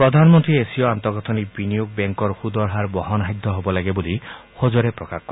প্ৰধানমন্ত্ৰীয়ে লগতে এছিয় আন্তঃগাঁথনি বিনিয়োগ বেংকৰ সূদৰ হাৰ বহনসাধ্য হ'ব লাগে বুলি সজোৰে প্ৰকাশ কৰে